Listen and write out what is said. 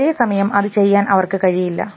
ഒരേസമയം അത് ചെയ്യാൻ അവർക്ക് കഴിയില്ല